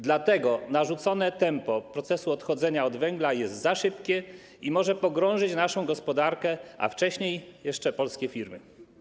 Dlatego narzucone tempo procesu odchodzenia od węgla jest za szybkie i może pogrążyć naszą gospodarkę, a wcześniej jeszcze polskie firmy.